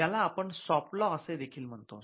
याला आपण soft law असे देखील म्हणतो